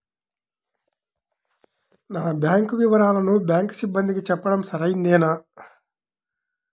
నా బ్యాంకు వివరాలను బ్యాంకు సిబ్బందికి చెప్పడం సరైందేనా?